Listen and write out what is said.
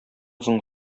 соң